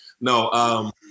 No